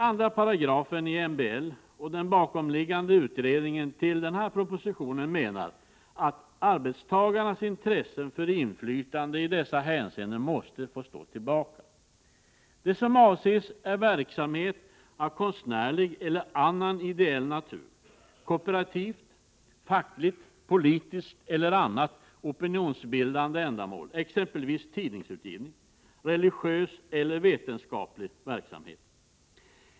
I 2 § i MBL och i den bakomliggande utredningen till denna proposition framgår det att arbetstagarnas intresse för inflytande i dessa hänseenden måste få stå tillbaka. Det som avses är verksamhet av konstnärlig eller annan ideell natur, kooperativt, fackligt, politiskt eller annat opinionsbildande ändamål, exempelvis tidningsutgivning, religiös eller vetenskaplig verksamhet.